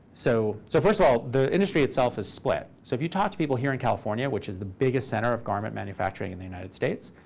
so so first of all, the industry itself is split. so if you talk to people here in california, which is the biggest center of garment manufacturing in the united states,